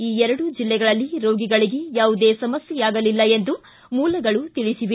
ಈ ಎರಡು ಜಿಲ್ಲೆಗಳಲ್ಲಿ ರೋಗಿಗಳಿಗೆ ಯಾವುದೇ ಸಮಸ್ಥೆ ಆಗಲಿಲ್ಲ ಎಂದು ಮೂಲಗಳು ತಿಳಿಬವೆ